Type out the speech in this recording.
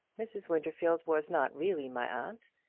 mrs. winterfield was not really my aunt,